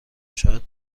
شاهد